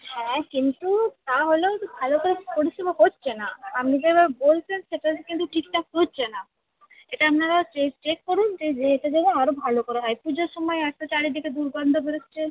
হ্যাঁ কিন্তু তাহলেও তো ভালো করে পরিষেবা হচ্ছে না আপনি যে এবার বলছেন সেটা কিন্তু ঠিকঠাক হচ্ছে না এটা আপনারা চে চেক করুন যে যেটা যেন আরো ভালো করে হয় পুজোর সমায় এতো চারিদিকে দুর্গন্ধ বেরোচ্ছে